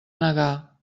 negar